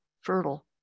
fertile